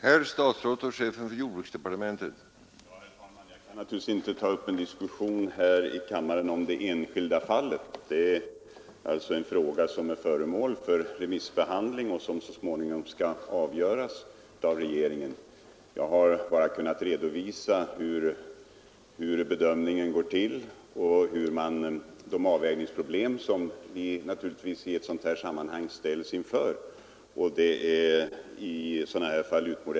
Herr talman! Jag kan naturligtvis inte ta upp en diskussion här i kammaren om det enskilda fallet. Det är en fråga som är föremål för remissbehandling och som så småningom skall avgöras av regeringen. Jag har bara kunnat redovisa hur bedömningen går till och de utomordentligt besvärliga avvägningsproblem som vi naturligtvis i sådana här sammanhang ställs inför.